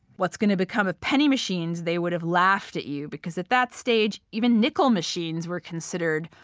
what's going to become of penny machines? they would have laughed at you because at that stage, even nickel machines were considered,